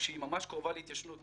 וכשהיא ממש קרובה להתיישנות,